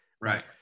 right